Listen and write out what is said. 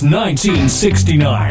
1969